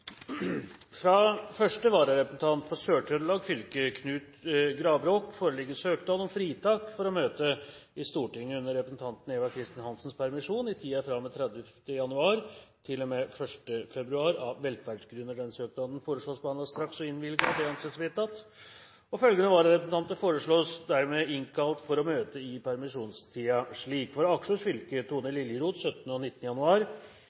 Fra første vararepresentant for Sør-Trøndelag fylke, Knut Gravråk, foreligger søknad om fritak for å møte i Stortinget under representanten Eva Kristin Hansens permisjon, i tiden fra og med 30. januar til og med 1. februar, av velferdsgrunner. Etter forslag fra presidenten ble enstemmig besluttet: Denne søknaden behandles straks og innvilges. Følgende vararepresentanter innkalles for å møte i permisjonstiden: For Akershus fylke: Tone Liljeroth 17. januar–19. januar For Hedmark fylke: Thor Lillehovde 17. januar